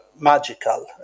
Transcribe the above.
magical